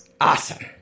Awesome